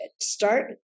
start